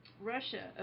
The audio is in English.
Russia